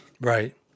Right